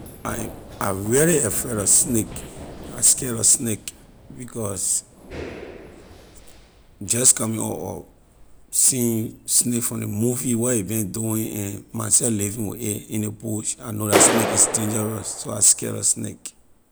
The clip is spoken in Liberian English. I really afraid lor snake I scare lor snake because just coming up or seen snake from ley movie where a been doing and myself living with a in ley bush I know la snake is dangerous so I scare lor snake.